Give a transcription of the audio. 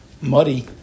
muddy